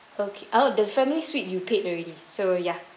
okay oh the family suite you paid already so ya